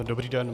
Dobrý den.